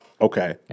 Okay